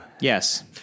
Yes